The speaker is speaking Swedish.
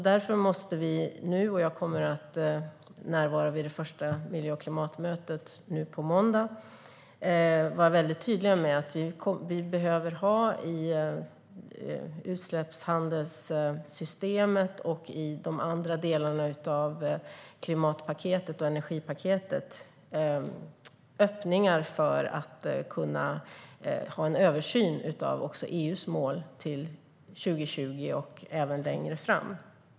Därför måste vi nu - och jag kommer att närvara vid det första miljö och klimatmötet nu på måndag - vara väldigt tydliga med att vi i utsläppshandelssystemet och i de andra delarna av klimat och energipaketet behöver ha öppningar för en översyn av EU:s mål till 2020 och även längre fram.